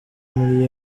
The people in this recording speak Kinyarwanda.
muri